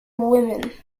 women